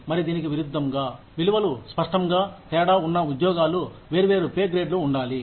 మరి దీనికి విరుద్ధంగా విలువలు స్పష్టంగా తేడా ఉన్న ఉద్యోగాలు వేర్వేరు పే గ్రేడ్లు ఉండాలి